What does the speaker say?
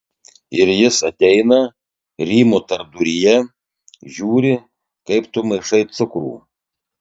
ir jis ateina rymo tarpduryje žiūri kaip tu maišai cukrų